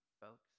folks